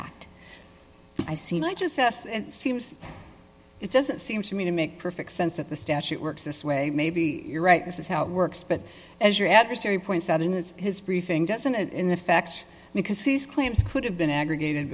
act i see no i just seems it doesn't seem to me to make perfect sense that the statute works this way maybe you're right this is how it works but as your adversary points out in his briefing doesn't it in effect because these claims could have been aggregated